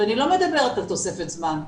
ואני לא מדברת על תוספת זמן,